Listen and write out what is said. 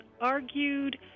argued